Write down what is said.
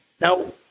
Now